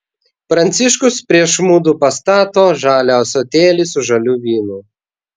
pranciškus prieš mudu pastato žalią ąsotėlį su žaliu vynu